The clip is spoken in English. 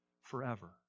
forever